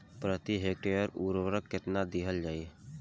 प्रति हेक्टेयर उर्वरक केतना दिहल जाई?